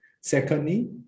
secondly